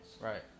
Right